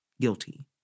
guilty